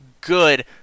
good